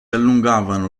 allungavano